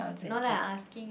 no lah I'm asking you